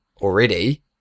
already